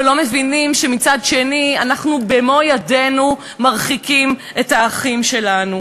אבל לא מבינים שמצד שני אנחנו במו-ידינו מרחיקים את האחים שלנו.